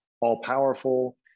all-powerful